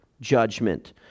judgment